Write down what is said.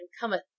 cometh